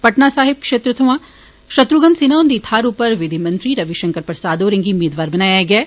पटना साहिब क्षेत्र सोयां षत्रवधन सिन्हा हुन्दी थाहर उप्पर विधिमंत्री रविषंकर प्रसाद होरें गी मेदवार बनाया गेदा ऐ